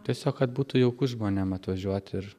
tiesiog kad būtų jauku žmonėms atvažiuot ir